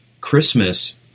Christmas